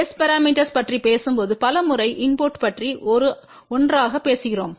S பரமீட்டர்ஸ்ப் பற்றி பேசும்போது பல முறை இன்புட்டைப் பற்றி 1 ஆகப் பேசுகிறோம்